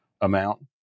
amount